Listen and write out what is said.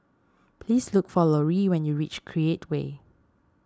please look for Loree when you reach Create Way